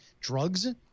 drugs –